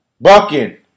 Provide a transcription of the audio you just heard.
bucking